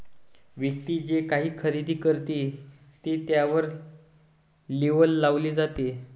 व्यक्ती जे काही खरेदी करते ते त्यावर लेबल लावले जाते